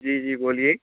जी जी बोलिए